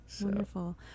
wonderful